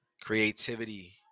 creativity